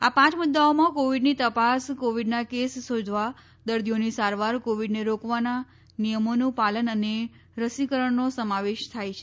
આ પાંચ મુદ્દાઓમાં કોવિડની તપાસ કોવિડના કેસ શોધવા દર્દીઓની સારવાર કોવિડને રોકવાના નિયમોનું પાલન અને રસીકરણનો સમાવેશ થાય છે